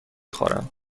خورم